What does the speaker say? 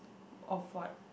of what